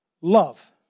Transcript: love